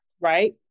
right